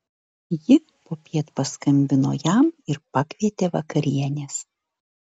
ji popiet paskambino jam ir pakvietė vakarienės